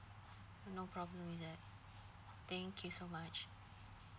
no problem with that thank you so much